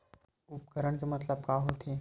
उपकरण के मतलब का होथे?